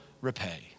repay